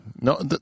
no